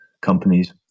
companies